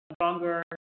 Stronger